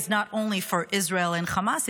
is not only for Israel and Hamas,